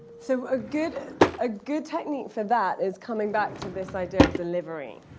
so a good a good technique for that is coming back to this idea of delivering.